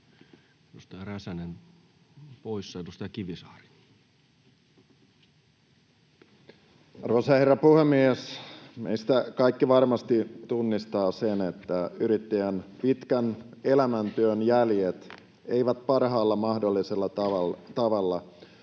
edustaja Räsänen on poissa. — Edustaja Kivisaari. Arvoisa herra puhemies! Meistä kaikki varmasti tunnistavat sen, että yrittäjän pitkän elämäntyön jäljet eivät parhaalla mahdollisella tavalla